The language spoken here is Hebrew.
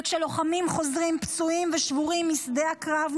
כשלוחמים חוזרים פצועים ושבורים משדה הקרב,